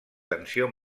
tensió